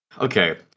Okay